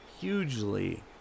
hugely